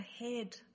ahead